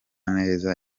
neza